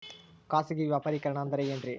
ಖಾಸಗಿ ವ್ಯಾಪಾರಿಕರಣ ಅಂದರೆ ಏನ್ರಿ?